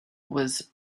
was